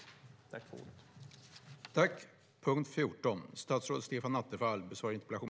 Talmannen konstaterade att interpellanten inte var närvarande i kammaren och förklarade överläggningen avslutad.